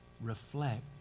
reflect